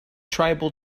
tribal